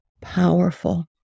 powerful